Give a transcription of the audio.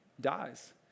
dies